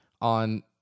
On